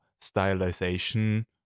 stylization